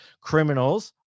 Criminals